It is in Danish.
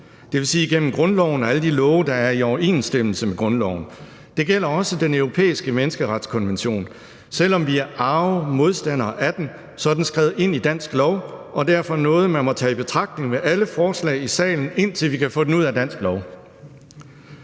dvs. igennem grundloven og alle de love, der er i overensstemmelse med grundloven. Det gælder også Den Europæiske Menneskerettighedskonvention. Selv om vi er arge modstandere af den, er den skrevet ind i dansk lov og er derfor noget, man må tage i betragtning ved alle forslag i salen, indtil vi kan få den ud af dansk lov.